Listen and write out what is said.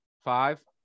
five